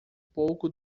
pouco